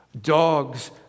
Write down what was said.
Dogs